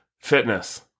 Fitness